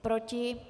Proti?